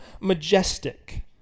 majestic